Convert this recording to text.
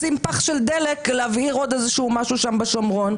עם פח של דלק להבעיר עוד משהו בשומרון.